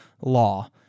law